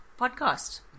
podcast